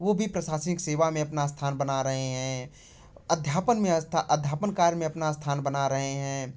वह भी प्रशासनिक सेवा में अपना स्थान बना रहे हैं अध्यापन में अस्था अध्यापन कार्य में अपना स्थान बना रहे हैं